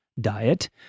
diet